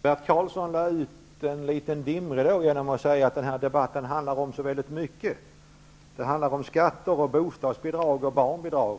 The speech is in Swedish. Herr talman! Bert Karlsson lade ut en dimridå genom att säga att den här debatten handlar om så väldigt mycket, om skatter och bostadsbidrag och barnbidrag.